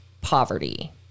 poverty